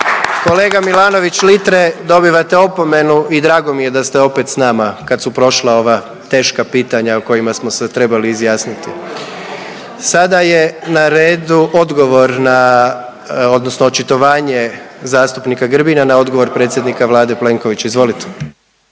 Kolega Milanović Litre, dobivate opomenu i drago mi je da ste opet s nama kad su prošla ova teška pitanja o kojima smo se trebali izjasniti. Sada je na redu odgovor na, odnosno očitovanje zastupnika Grbina na odgovor predsjednika Vlade Plenkovića, izvolite.